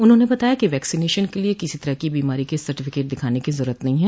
उन्होंने बताया कि वैक्सीनेशन के लिए किसी तरह की बीमारी के सर्टिफिकेट दिखाने की ज़रूरत नहीं है